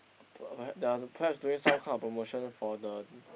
p~ the perhaps doing some kind of promotion for the